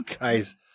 guys